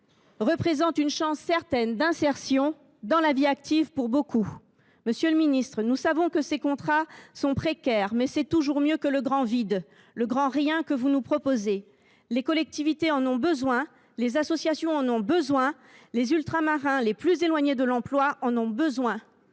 représentent ils une chance certaine d’insertion dans la vie active pour nombre d’entre eux. Monsieur le ministre, nous savons que ces contrats sont précaires, mais c’est toujours mieux que le grand vide ou le grand rien que vous nous proposez. Les collectivités en ont besoin, les associations en ont besoin, les Ultramarins les plus éloignés de l’emploi en ont besoin.